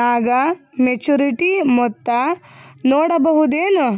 ನಾಗ ಮೆಚ್ಯೂರಿಟಿ ಮೊತ್ತ ನೋಡಬಹುದೆನು?